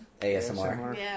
ASMR